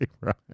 Right